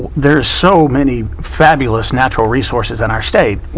there's so many fabulous natural resources in our state.